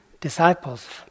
disciples